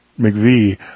McVie